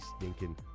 stinking